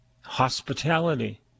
Hospitality